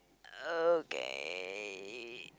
okay